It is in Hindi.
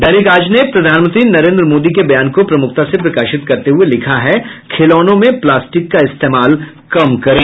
दैनिक आज ने प्रधानमंत्री नरेन्द्र मोदी के बयान को प्रमुखता से प्रकाशित करते हुये लिखा है खिलौनों में प्लास्टिक का इस्तेमाल कम करें